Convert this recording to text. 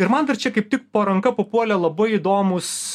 ir man dar čia kaip tik po ranka papuolė labai įdomūs